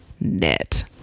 Net